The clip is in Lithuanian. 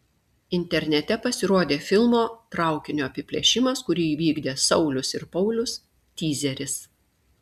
internete pasirodė filmo traukinio apiplėšimas kurį įvykdė saulius ir paulius tyzeris